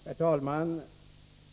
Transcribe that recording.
Herr talman!